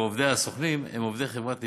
ועובדיה הסוכנים הם עובדי חברת "ענבל",